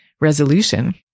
resolution